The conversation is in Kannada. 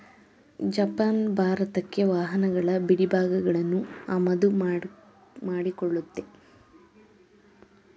ಜಪಾನ್ ಭಾರತಕ್ಕೆ ವಾಹನಗಳ ಬಿಡಿಭಾಗಗಳನ್ನು ಆಮದು ಮಾಡಿಕೊಳ್ಳುತ್ತೆ